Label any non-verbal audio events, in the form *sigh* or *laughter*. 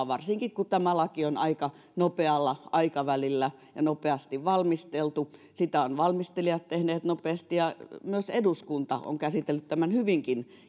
*unintelligible* varsinkin kun tämä laki on aika nopealla aikavälillä ja nopeasti valmisteltu sitä ovat valmistelijat tehneet nopeasti ja myös eduskunta on käsitellyt tämän hyvinkin *unintelligible*